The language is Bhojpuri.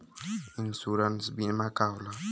इन्शुरन्स बीमा का होला?